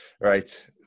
Right